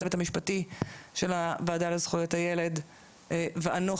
הצוות המשפטי של הוועדה לזכויות הילד ואנוכי,